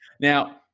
Now